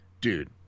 dude